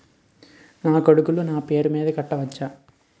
నా కొడుకులు నా పేరి మీద కట్ట వచ్చా?